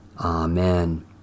Amen